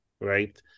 right